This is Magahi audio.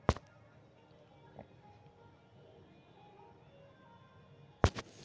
चीड़ के सुपाड़ी के बीज सामन्यतः छोटा होबा हई